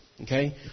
okay